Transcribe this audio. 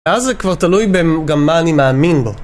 ואז זה כבר תלוי גם מה אני מאמין בו